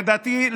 לדעתי,